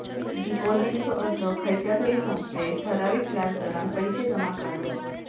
डिपाॅजिटचो अर्थ खयच्या तरी संस्थेत ठराविक व्याज दरान पैशे जमा करणा